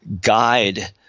guide